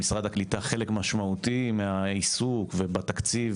במשרד הקליטה חלק משמעותי מהעיסוק ובתקציב